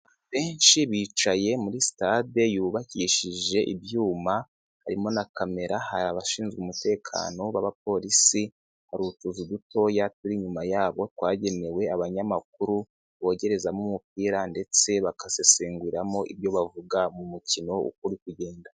Benshi bicaye muri sitade, yubakishije ibyuma, harimo na camera, hari abashinzwe umutekano b'abapolisi, hari utuzu dutoya turi inyuma yabo, twagenewe abanyamakuru bogereza umupira, ndetse bagasesengura ibyo bavuga mu mukino, uko uri kugenda.